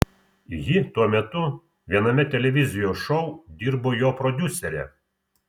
ji tuo metu viename televizijos šou dirbo jo prodiusere